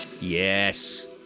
yes